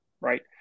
right